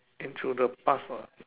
into the past ah